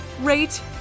rate